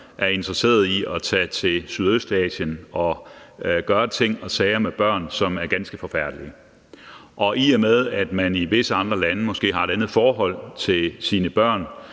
er interesseret i at tage til Sydøstasien for at gøre ting og sager, som er ganske forfærdelige, med børn. I og med at man i visse andre lande måske har et andet forhold til sine børn,